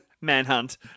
Manhunt